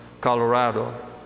Colorado